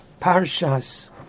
Parshas